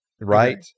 Right